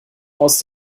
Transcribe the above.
aus